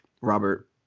Robert